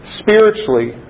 spiritually